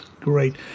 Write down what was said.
Great